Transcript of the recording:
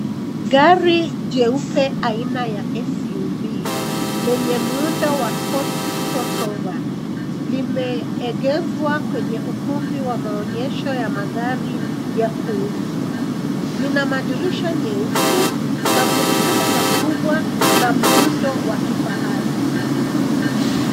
Gari jeupe aina ya SUV lenye muundo wa sports crossover , limeegezwa kwenye ukumbi wa maonyesho ya magari ya kuuzwa, lina madirisha nyeusi, magurudumu makubwa, na muundo wa kifahari.